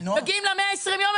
מגיעים ל-120 יום,